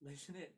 maisonette